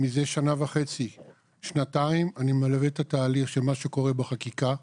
מזה כשנתיים אני מלווה את התהליך של מה שקורה בחקיקה,